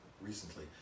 recently